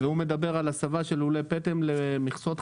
והוא מדבר על הסבה של לולי פטם למכסות.